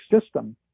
system